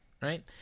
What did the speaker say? right